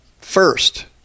First